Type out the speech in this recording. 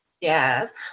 Yes